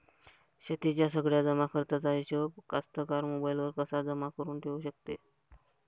शेतीच्या सगळ्या जमाखर्चाचा हिशोब कास्तकार मोबाईलवर कसा जमा करुन ठेऊ शकते?